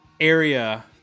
area